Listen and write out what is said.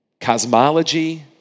cosmology